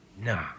Nah